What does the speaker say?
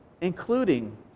Including